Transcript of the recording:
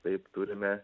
taip turime